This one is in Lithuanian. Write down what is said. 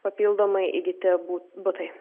papildomai įgyti bu butai